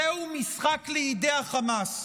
זהו משחק לידי החמאס.